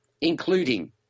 including